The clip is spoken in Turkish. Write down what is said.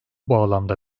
bağlamda